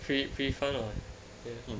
pretty pretty fun [what] ya